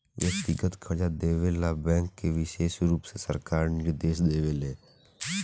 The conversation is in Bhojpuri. व्यक्तिगत कर्जा देवे ला बैंक के विशेष रुप से सरकार निर्देश देवे ले